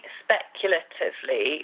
speculatively